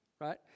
Right